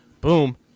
boom